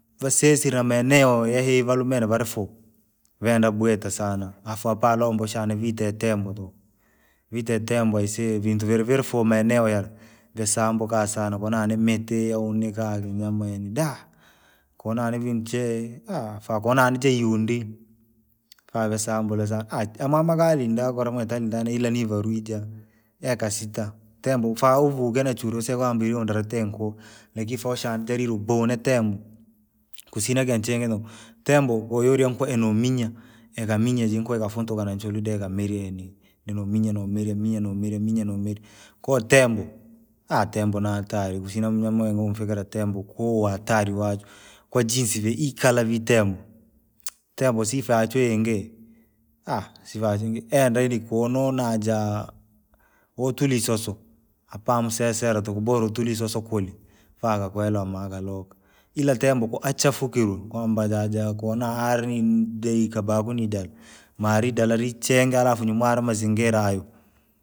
Vasisile amaeneo yaivalume yalifuu, venda bweta sana, afu apalombo sana vite tembo tuku, vite tenmbo aisee vintu verevere fu maeneo yara, visambuka sana kunane miti au nika dah! Konali vii nchee. faa konaninije iyundi, favasambule sana aah- mwamaghali nakula mwite nite ila nive lwije, miaka sita, tembo ufaa uvu- ugenachuri use kwamba ilondera tenku, nikofosha ntalile nuboo na tembo. kusina kanchege nuku, tembo kweyuhuli nkwe numinya, ikaminya jinkwega afunkala nchudega milieni, ninuminya nimile mienomile. Koo tembo, tembo na hatari kusina na mnyama mwe umfikira tembo kuu hatari wachwe, kwajinsi vii ikala tembo, tembo sifa yachwe yingi, sivazi enda ili kono naja! Wotulisoso, hapa musesele tuku bora utulie isoso kula. Faa gakwenda magaluka, ila tembo ku- achafukilwe kwamba ja- jakona ali nii! Dei kabagu nidali, mali dalali chenga alafu nimware amazingira hayo.